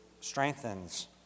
strengthens